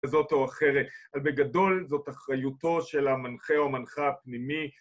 וזאת או אחרת, אבל בגדול זאת אחריותו של המנחה או המנחה הפנימי